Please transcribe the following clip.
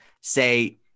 say